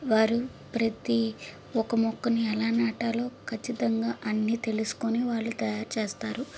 వారు ప్రతి ఒక మొక్కని ఎలా నాటాలో ఖచ్చితంగా అన్ని తెలుసుకుని వాళ్ళు తయారు చేస్తారు